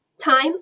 time